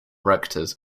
rectors